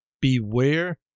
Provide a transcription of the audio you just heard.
Beware